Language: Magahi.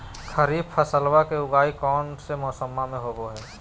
खरीफ फसलवा के उगाई कौन से मौसमा मे होवय है?